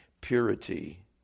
purity